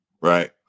Right